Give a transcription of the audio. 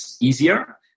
easier